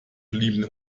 blieben